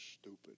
stupid